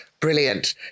Brilliant